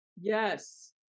Yes